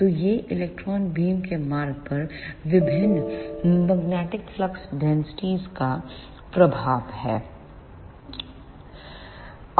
तो यह electron beam के मार्ग पर विभिन्न मैग्नेटिक फ्लक्स डेंसिटी का प्रभाव है